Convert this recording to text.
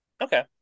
Okay